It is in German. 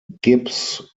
gibbs